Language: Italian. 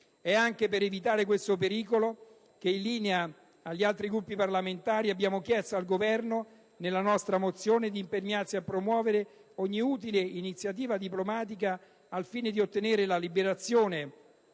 È anche per evitare questo pericolo che, in linea con gli altri Gruppi parlamentari, abbiamo chiesto al Governo, nella nostra mozione, di impegnarsi a promuovere ogni utile iniziativa diplomatica al fine di ottenere la liberazione